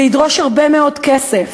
זה ידרוש הרבה מאוד כסף.